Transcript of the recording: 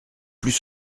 plus